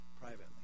privately